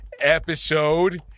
episode